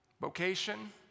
Vocation